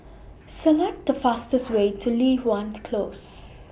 Select The fastest Way to Li Hwan Close